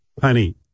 Honey